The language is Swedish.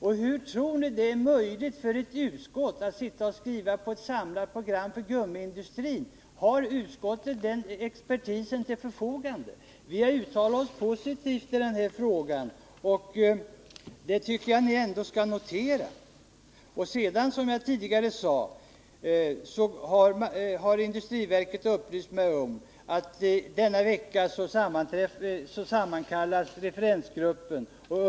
Men hur kan ni tro att det är möjligt för ett utskott att skriva ett samlat program för gummiindustrin? Har utskottet expertis härför till förfogande? Vi har uttalat oss positivt i denna fråga, och det tycker jag att ni skall notera. Som jag tidigare sade har industriverket upplyst mig om att referensgruppen sammankallas denna vecka.